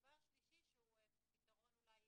דבר שלישי שהוא פתרון אולי